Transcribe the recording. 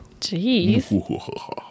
Jeez